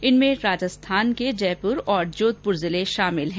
इनमें राजस्थान के जयपुर और जोधपुर जिले शामिल है